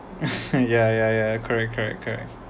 ya ya ya correct correct correct